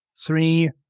Three